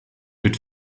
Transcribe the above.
wird